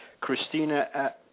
Christina